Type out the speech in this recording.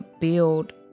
build